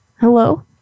Hello